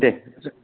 दे